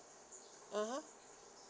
(uh huh)